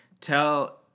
Tell